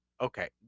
Okay